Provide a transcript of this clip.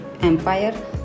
empire